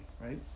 right